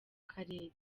karere